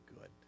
good